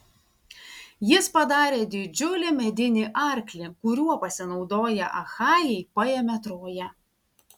jis padarė didžiulį medinį arklį kuriuo pasinaudoję achajai paėmė troją